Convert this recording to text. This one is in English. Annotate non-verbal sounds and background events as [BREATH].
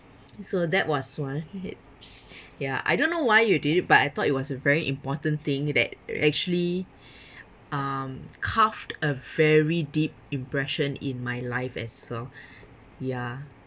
[NOISE] so that was one hit ya I don't know why you did it but I thought it was a very important thing that actually [BREATH] um carved a very deep impression in my life as well [BREATH] ya